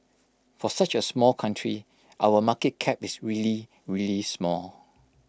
for such A small country our market cap is really really small